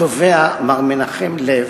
התובע, מר מנחם לב,